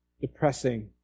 depressing